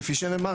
כפי שנאמר,